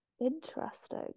interesting